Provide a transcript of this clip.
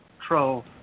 troll